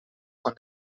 quan